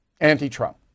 anti-Trump